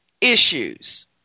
issues